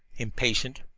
impatient,